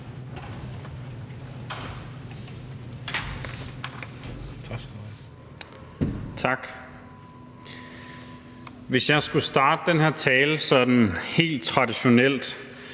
Tak. Hvis jeg skulle starte den her tale sådan helt traditionelt,